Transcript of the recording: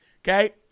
Okay